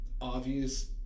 obvious